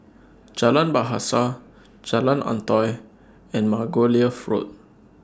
Jalan Bahasa Jalan Antoi and Margoliouth Road